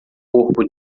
corpo